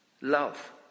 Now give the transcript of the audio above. love